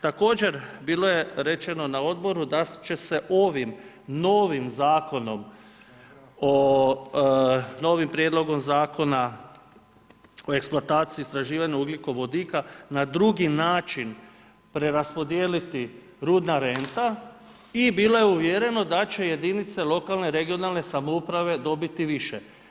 Također bilo je rečeno na odboru da će se ovim novim prijedlogom zakona o eksploataciji i istraživanju ugljikovodika, na drugi način preraspodijeliti rudna renta i bilo je uvjereno da će jedinice lokalne i regionalne samouprave dobiti više.